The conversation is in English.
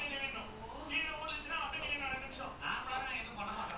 dude I don't know what he doing lah he damn !wah!